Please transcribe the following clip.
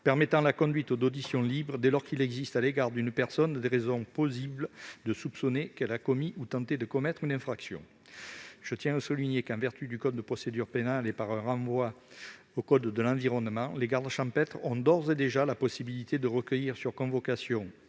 permettant la conduite d'auditions libres, dès lors qu'il existe à l'égard d'une personne des raisons plausibles de soupçonner qu'elle a commis ou tenté de commettre une infraction. Je tiens à souligner que, en vertu du code de procédure pénale, et par un renvoi au code de l'environnement, les gardes champêtres ont d'ores et déjà la possibilité de recueillir sur convocation